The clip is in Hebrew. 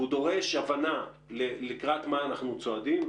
והוא דורש הבנה לקראת מה אנחנו צועדים,